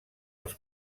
als